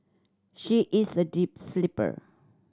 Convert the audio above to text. she is a deep sleeper